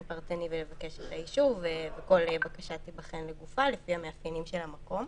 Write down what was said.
פרטני לבקש את האישור וכל בקשה תיבחן לגופה לפי המאפיינים של המקום.